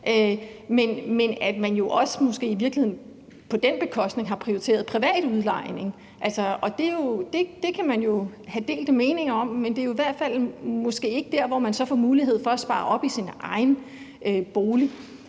Men man har måske i virkeligheden også på den bekostning prioriteret privat udlejning, og det kan man jo have delte meninger om. Men det er måske i hvert fald ikke der, hvor man så får en mulighed for at spare op i sin egen bolig.